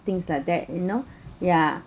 things like that you know yeah